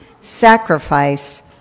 sacrifice